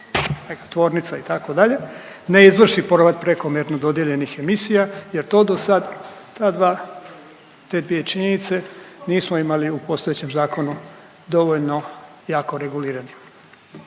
neka tvornica, itd., ne izvrši povrat prekomjerno dodijeljenih emisija jer to do sad, ta dva, te dvije činjenice nismo imali u postojećem zakonu dovoljno jako regulirani.